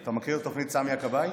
אתה מכיר את התוכנית סמי הכבאי?